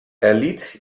erlitt